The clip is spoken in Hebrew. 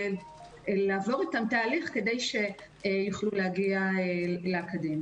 ולעבור אתם תהליך כדי שיוכלו להגיע לאקדמיה.